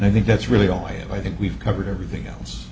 i think that's really all i think we've covered everything else